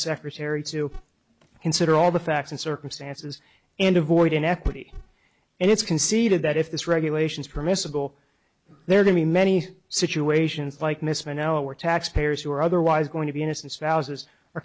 secretary to consider all the facts and circumstances and avoid inequity and it's conceded that if this regulations permissible there are many many situations like mr know where taxpayers who are otherwise going to be innocent spouses or